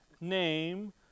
name